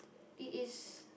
it is